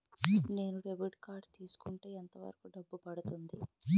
నేను debit card తీసుకుంటే ఎంత వరకు డబ్బు పడుతుంది?